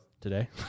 today